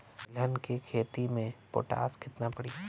तिलहन के खेती मे पोटास कितना पड़ी?